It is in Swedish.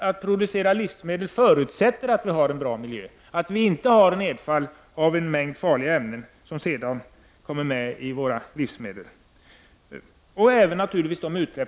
Att producera livsmedel förutsätter nämligen att vi har en bra miljö och att det inte sker nedfall av en mängd farliga ämnen som sedan hamnar i våra livsmedel. Även utsläppen i vattnet spelar naturligtvis en roll.